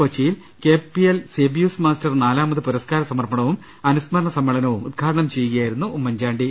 കൊച്ചി യിൽ K P L Sebius master നാലാമത് പുരസ്കാര സമർപ്പണവും അനുസ്മരണ സമ്മേളനവും ഉദ്ഘാടനം ചെയ്യുകയായിരുന്നു ഉമ്മൻചാണ്ടി